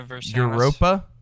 Europa